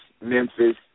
Memphis